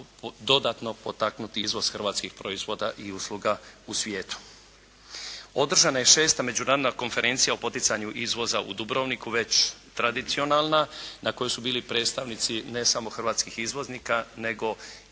dodatno potaknuti izvoz hrvatskih proizvoda i usluga u svijetu. Održana je 6. međunarodna konferencija o poticanju izvoza u Dubrovniku već tradicionalna, na kojoj su bili predstavnici ne samo hrvatskih izvoznika nego